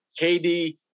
KD